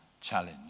challenge